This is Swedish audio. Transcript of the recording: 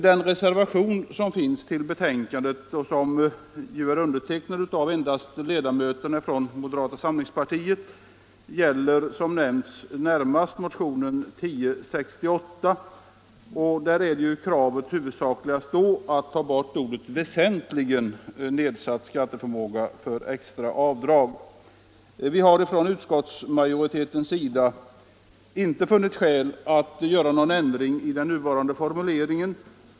Den reservation som fogats till betänkandet och som undertecknats endast av ledamöterna från moderata samlingspartiet gäller närmast motionen 1068. Det huvudsakliga kravet i den motionen är att ordet ”vä sentligen” skall tas bort i formuleringen ”väsentligen nedsatt skatteförmåga”. Utskottsmajoriteten har inte funnit skäl att göra någon ändring i den nuvarande formuleringen.